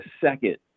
second